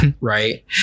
right